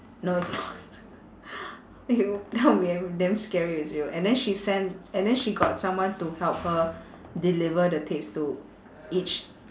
no it's not it'll that'll be damn damn scary if it's real and then she send and then she got someone to help her deliver the tapes to each